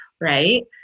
Right